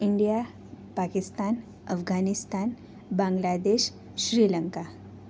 India Pakistan Afghanistan Bangladesh Sri Lanka